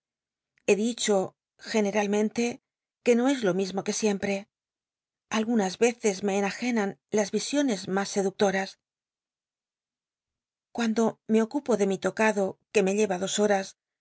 he dicho yetmalmellte que no es lo mismo que siempre algunas veces me enagenan s visiones mas sedqctoras cuando me ocupo de mi tocado que me lleva dos horas